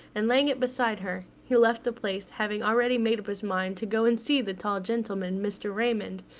and laying it beside her, he left the place, having already made up his mind to go and see the tall gentleman, mr. raymond,